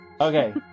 Okay